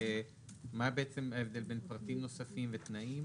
מה בעצם ההבדל בין פרטים נוספים ותנאים